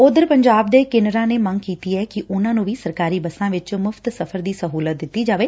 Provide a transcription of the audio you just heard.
ਉਧਰ ਪੰਜਾਬ ਦੇ ਕਿੰਨਰਾ ਨੇ ਵੀ ਮੰਗ ਕੀਤੀ ਏ ਕਿ ਉਨੁਾ ਨੂੰ ਵੀ ਸਰਕਾਰੀ ਬੱਸਾਂ ਵਿਚ ਮੁਫ਼ਤ ਸਫ਼ਰ ਦੀ ਸਹੂਲਤ ਦਿੱਤੀ ਜਾਵੇ